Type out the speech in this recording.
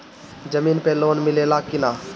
जमीन पे लोन मिले ला की ना?